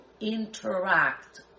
interact